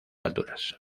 alturas